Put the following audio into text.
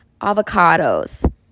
avocados